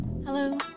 Hello